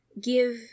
give